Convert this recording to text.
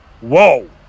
Whoa